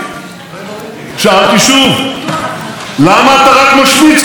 שאלתי שוב: למה אתה רק משמיץ כל הזמן?